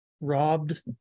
robbed